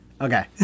Okay